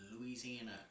Louisiana